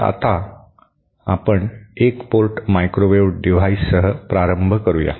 तर आता आपण 1 पोर्ट मायक्रोवेव्ह डिव्हाइससह प्रारंभ करूया